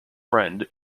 friend